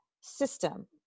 system